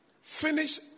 Finish